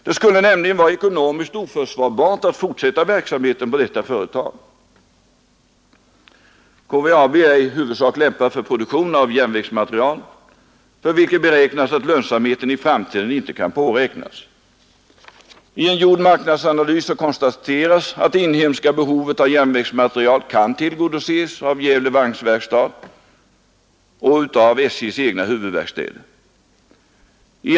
Det skulle nämligen vara ekonomiskt oförsvarbart att fortsätta verksamheten i detta företag. KVAB är i huvudsak lämpat för produktion av järnvägsmateriel, för vilken beräknas att lönsamhet i framtiden inte kan förutsättas. I en gjord marknadsanalys konstateras att det inhemska behovet av järnvägsmateriel kan tillgodoses av Gävle vagnverkstad och av SJ:s egna huvudverkstäder.